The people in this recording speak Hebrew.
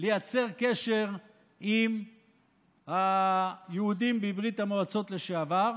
לייצר קשר עם היהודים בברית המועצות לשעבר.